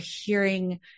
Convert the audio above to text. hearing